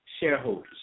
shareholders